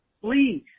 Please